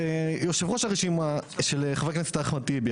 יושב ראש הרשימה של חבר הכנסת אחמד טיבי,